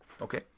Okay